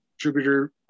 contributor